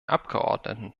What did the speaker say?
abgeordneten